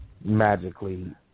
magically